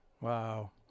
Wow